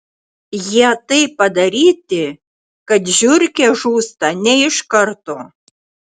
jie taip padaryti kad žiurkė žūsta ne iš karto